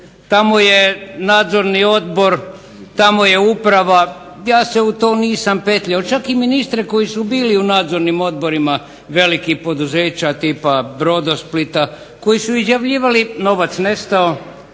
tamo je nadzorni odbor, tamo je uprava ja se u to nisam petljao, čak i ministre koji su bili u nadzornim odborima velikih poduzeća tipa "Brodosplita" koji su izjavljivali novac nestao,